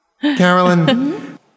Carolyn